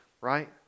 right